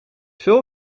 veel